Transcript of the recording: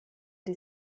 die